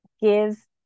give